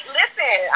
listen